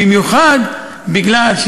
במיוחד בגלל,